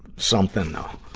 something a,